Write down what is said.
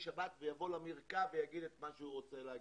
שבת ויבוא למרקע ויגיד את מה שהוא רוצה להגיד.